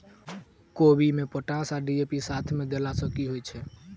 कोबी मे पोटाश आ डी.ए.पी साथ मे देला सऽ की होइ छै?